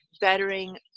bettering